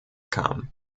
kam